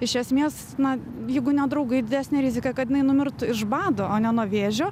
iš esmės na jeigu ne draugai didesnė rizika kad jinai numirtų iš bado o ne nuo vėžio